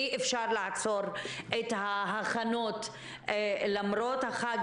אי אפשר לעצור את ההכנות למרות החג,